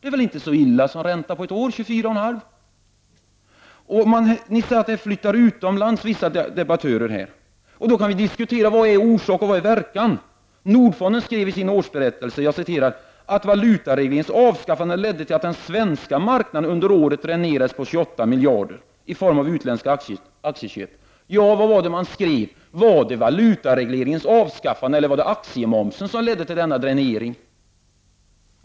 En sådan ränta är väl inte så illa på ett år? Några debattörer har sagt att många företag flyttar utomlands. Vilka är orsakerna till det och vad blir verkan? Nordfonden skrev i sin årsberättelse att valutaregleringens avskaffande ledde till att den svenska marknaden under året dränerats på 28 miljarder i form av utländska aktieköp. Ja, vad var det man skrev? Var det valutaregleringens avskaffande eller var det aktiemomsen som ledde till denna dränering?